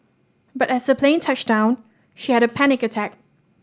but as the plane touched down she had a panic attack